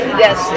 yes